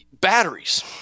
Batteries